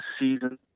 season